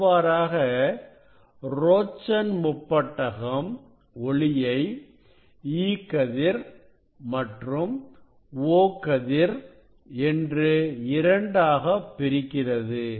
இவ்வாறாக ரோச்சன் முப்பட்டகம் ஒளியை E கதிர் மற்றும் O கதிர் என்று இரண்டாகப் பிரிக்கிறது